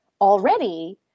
already